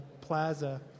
Plaza